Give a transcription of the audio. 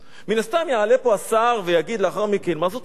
מן הסתם יעלה פה השר ויגיד לאחר מכן: מה זאת אומרת,